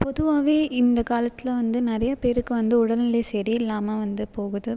பொதுவாகவே இந்தக் காலத்தில் வந்து நிறையா பேருக்கு வந்து உடல்நிலை சரியில்லாம வந்து போகுது